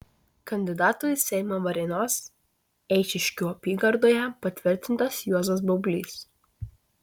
kandidatu į seimą varėnos eišiškių apygardoje patvirtintas juozas baublys